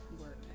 work